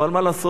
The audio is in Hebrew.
אבל מה לעשות?